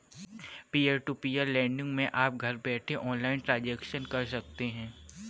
peer to peer lending मै आप घर बैठे ऑनलाइन ट्रांजेक्शन कर सकते है